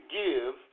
give